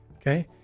Okay